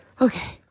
Okay